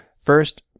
First